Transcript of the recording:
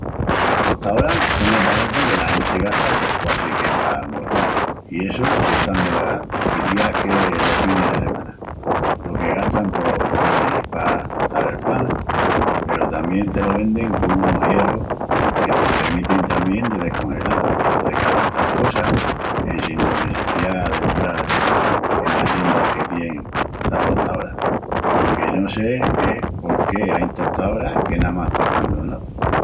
Las tostaoras son aparatus que la genti gasta pos quasi que pa almorçal, i essu si están de vagal, quiciás que los finis de semana. Lo que se gastan pos, velaí, pa tostal el pan. Peru tamién te lo vendin con unus hierrus que te premitin tamién de descongelal o de calental cosas en sin nesseciá d'entral el pan enas talleras que tien la tostaora. Lo que no sé es por qué ain tostaoras que namás tuestan dun lau.